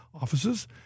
offices